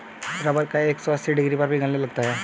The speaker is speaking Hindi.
रबर एक सौ अस्सी डिग्री पर पिघलने लगता है